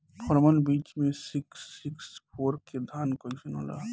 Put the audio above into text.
परमल बीज मे सिक्स सिक्स फोर के धान कईसन होला?